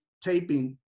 taping